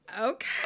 okay